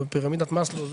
הוא פירמידת מאסלו,